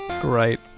Great